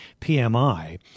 PMI